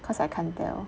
cause I can't tell